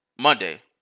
Monday